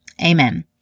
amen